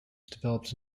developed